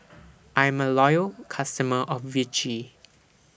I'm A Loyal customer of Vichy